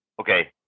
Okay